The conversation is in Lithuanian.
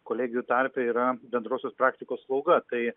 kolegijų tarpe yra bendrosios praktikos slauga tai